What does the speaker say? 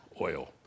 oil